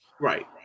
right